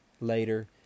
later